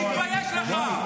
תתבייש לך.